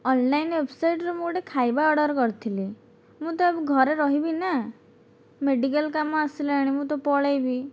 online ୱେବସାଇଟ୍ରୁ ମୁଁ ଗୋଟିଏ ଖାଇବା ଅର୍ଡ଼ର କରିଥିଲି ମୁଁ ତ ଏବେ ଘରେ ରହିବିନାହିଁ ନା ମେଡିକାଲ କାମ ଆସିଲାଣି ମୁଁ ତ ପଳାଇବି